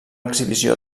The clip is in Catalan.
exhibició